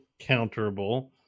counterable